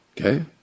Okay